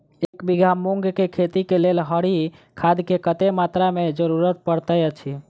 एक बीघा मूंग केँ खेती केँ लेल हरी खाद केँ कत्ते मात्रा केँ जरूरत पड़तै अछि?